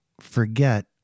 forget